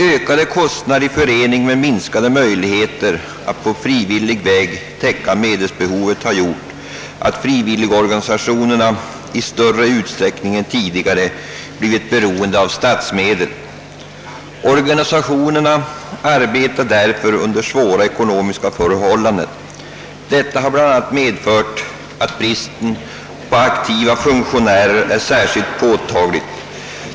Ökade kostnader i förening med minskade möjligheter att på frivillig väg täcka medelsbehovet ha gjort, att frivilligorganisationerna i större utsträckning än tidigare blivit beroende av statsmedel. Organisationerna arbeta därför under svåra ekonomiska förhållanden. Detta har bl.a. medfört, att bristen på aktiva funktionärer är särskilt påtaglig.